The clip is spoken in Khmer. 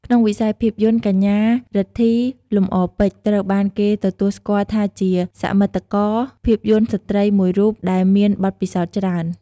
ក្នុងវិស័យភាពយន្ត កញ្ញា រិទ្ធី លំអរពេជ្រ ត្រូវបានគេទទួលស្គាល់ថាជា សមិទ្ធករភាពយន្តស្រ្តី មួយរូបដែលមានបទពិសោធន៍ច្រើន។